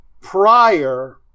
prior